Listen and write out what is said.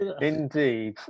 Indeed